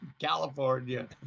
California